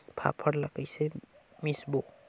फाफण ला कइसे मिसबो?